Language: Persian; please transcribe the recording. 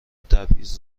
تبعیض